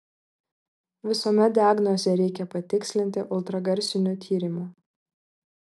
visuomet diagnozę reikia patikslinti ultragarsiniu tyrimu